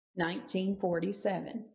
1947